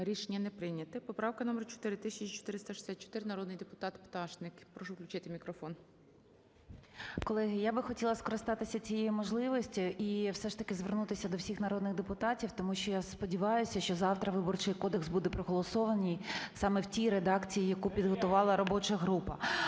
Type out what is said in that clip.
Рішення не прийнято. Поправка номер 4464, народний депутат Пташник. Прошу включати мікрофон. 13:19:27 ПТАШНИК В.Ю. Колеги, я би хотіла скористатися цією можливістю і, все ж таки, звернутися до всіх народних депутатів. Тому що я сподіваюся, що завтра Виборчий кодекс буде проголосований саме в тій редакції, яку підготувала робоча група.